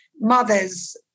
mother's